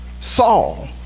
Saul